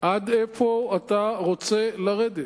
עד איפה אתה רוצה לרדת?